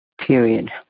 Period